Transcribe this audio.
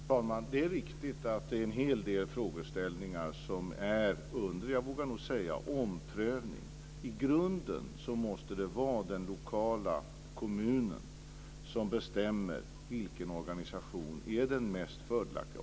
Fru talman! Det är riktigt att en hel del frågeställningar är under omprövning. I grunden måste det vara den lokala kommunen som bestämmer vilken organisation som är den mest fördelaktiga.